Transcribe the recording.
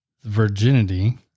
virginity